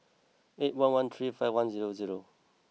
eight one one three five one zero zero